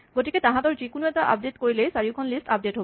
গতিকে তাহাঁতৰ যিকোনো এটা আপডেট কৰিলেই চাৰিওখন লিষ্ট আপডেট হ'ব